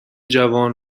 جوان